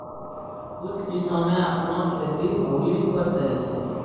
कुछ किसाने अपनो खेतो भौली पर दै छै